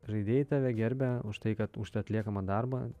žaidėjai tave gerbia už tai kad už tą atliekamą darbą